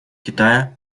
китая